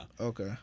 Okay